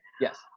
Yes